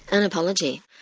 an apology.